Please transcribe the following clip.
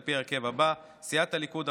על פי ההרכב הבא: סיעת הליכוד,